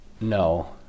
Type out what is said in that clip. No